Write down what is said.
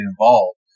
involved